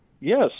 yes